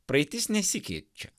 praeitis nesikeičia